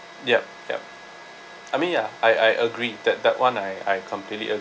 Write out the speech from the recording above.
yup yup I mean ah I I agree that that [one] I I completely